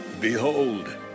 Behold